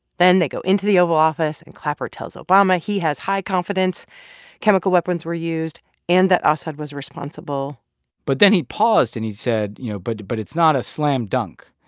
then they go into the oval office, and clapper tells obama he has high confidence chemical weapons were used and that assad was responsible but then he paused and he said, you know, but but it's not a slam dunk.